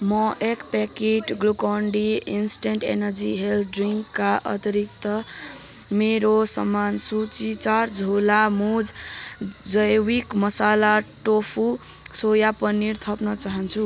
म एक packet Glucon D instant energy health ड्रिङ्कका अतिरिक्त मेरो सामान सूची चार झोला मुज जैविक मसाला टोफू सोया पनिर थप्न चाहन्छु